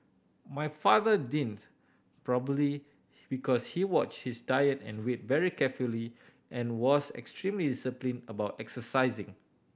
my father didn't probably because he watched his diet and weight very carefully and was extremely disciplined about exercising